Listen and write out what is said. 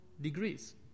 degrees